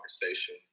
conversation